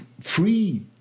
free